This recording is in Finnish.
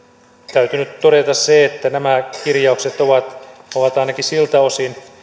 täytyy nyt todeta se että nämä kirjaukset ovat ovat ainakin siltä osin